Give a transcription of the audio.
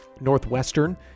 Northwestern